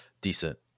decent